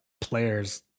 players